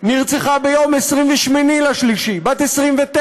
נרצחה ביום 28 במרס, בת 29,